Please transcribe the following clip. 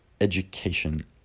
education